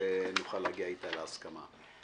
שנוכל להגיע אתה להסכמה.